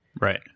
right